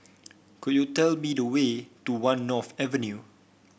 could you tell me the way to One North Avenue